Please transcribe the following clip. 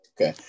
Okay